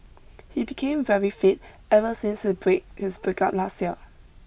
he became very fit ever since his break his breakup last year